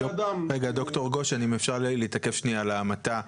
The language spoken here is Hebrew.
דוקטור גשן, אם אפשר להתעכב שנייה על ההמתה.